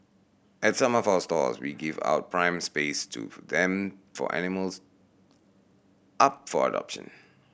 at some of our stores we give out prime space to them for animals up for adoption